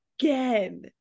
again